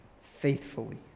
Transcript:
faithfully